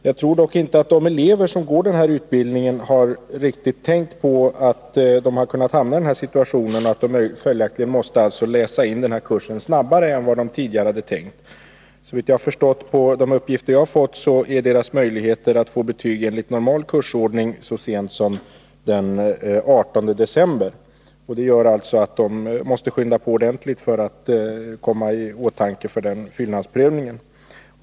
Jag tror dock inte att de elever som genomgår den här utbildningen har tänkt riktigt på att de har kunnat hamna i den här situationen och att de följaktligen måste läsa in denna kurs snabbare än vad de tidigare hade räknat med. Såvitt jag förstår av de uppgifter jag erhållit får de enligt normal kursordning betyg så sent som den 18 december. Det gör alltså att de måste skynda på ordentligt för att komma i åtanke för fyllnadsprövning.